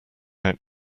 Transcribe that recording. out